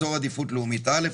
איזור עדיפות לאומית א',